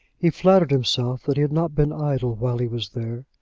he flattered himself that he had not been idle while he was there,